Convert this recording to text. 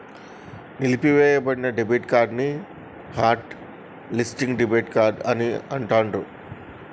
నిలిపివేయబడిన debit card ని hot listing debit card అంటాండ్రు